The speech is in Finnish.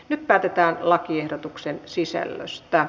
nyt päätetään lakiehdotuksen sisällöstä